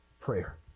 Prayer